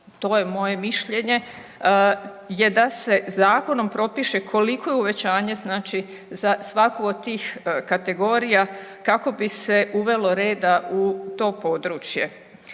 to je moje mišljenje je da se zakonom propiše koliko je uvećanje znači za svaku od tih kategorija kako bi se uvelo reda u to područje.